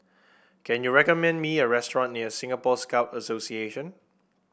can you recommend me a restaurant near Singapore Scout Association